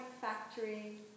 factory